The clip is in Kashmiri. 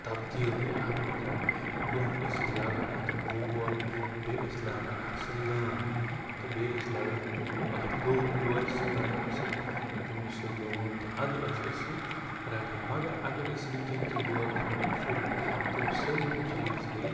تبدیٖل گٔے اتھ مَنٛز برونٛہہ ٲسۍ أسۍ لاگان اتھ وول بیٚیہِ ٲسۍ لاگان اتھ سُہ لٲن تہٕ بیٚیہِ ٲسۍ لاگان لوٗ لورِ سُہ گَنڈان سُہ تَمِچ سُہ لٲن تہٕ اَدٕ ٲسۍ أسۍ یہِ رَٹان مگر اگر أسۍ وٕنۍکٮ۪ن کِس دورَس مَنٛز وٕچھو تِم سٲلِم چیٖز گٔے